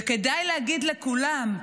וכדאי להגיד לכולם,